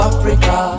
Africa